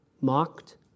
mocked